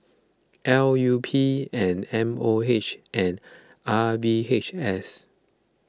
L U P and M O H and R V H S